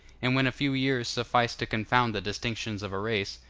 and when a few years suffice to confound the distinctions of a race,